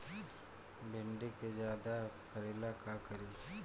भिंडी के ज्यादा फरेला का करी?